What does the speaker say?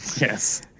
Yes